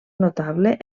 notable